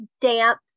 damp